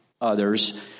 others